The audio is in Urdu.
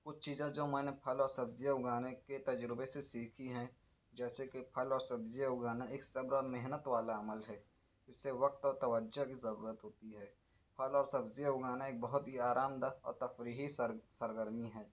کچھ چیزیں جو میں نے پھل اور سبزیاں اگانے کے تجربے سے سیکھی ہیں جیسے کہ پھل اور سبزیاں اگانا ایک صبر اور محنت والا عمل ہے اس سے وقت اور توجہ کی ضرورت ہوتی ہے پھل اور سبزیاں اگانا ایک بہت ہی آرام دہ اور تفریحی سر سرگرمی ہے